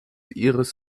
ihres